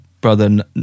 brother